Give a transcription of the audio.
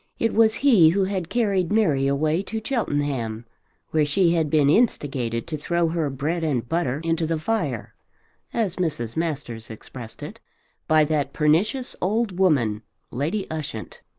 it was he who had carried mary away to cheltenham where she had been instigated to throw her bread-and-butter into the fire as mrs. masters expressed it by that pernicious old woman lady ushant.